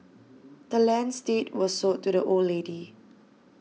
the land's deed was sold to the old lady